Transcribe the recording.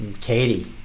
Katie